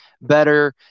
better